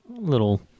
Little